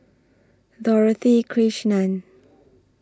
Dorothy Krishnan